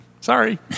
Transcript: Sorry